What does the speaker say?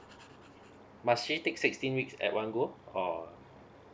must she takes sixteen weeks at one go or